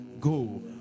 go